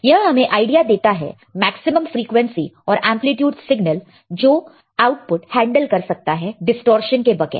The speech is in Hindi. यह हमें आईडिया देता है मैक्सिमम फ्रीक्वेंसी और एंप्लीट्यूड सिग्नल जो आउटपुट हैंडल कर सकता है डिस्टॉर्शन के बगैर